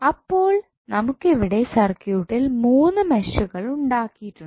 അപ്പോൾ നമുക്കിവിടെ സർക്യൂട്ടിൽ 3 മെഷുകൾ ഉണ്ടാക്കിയിട്ടുണ്ട്